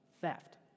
theft